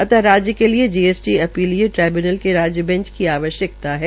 अत राज्य के लिये जीएसटी अपीलीय ट्रिब्य्नल के राज्य बैंच की आवश्यकता है